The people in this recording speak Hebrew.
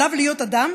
עליו להיות אדם,